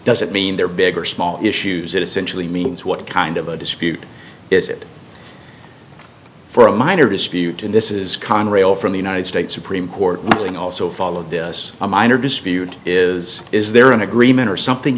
doesn't mean they're big or small issues it essentially means what kind of a dispute is it for a minor dispute in this is conrail from the united states supreme court ruling also followed this a minor dispute is is there an agreement or something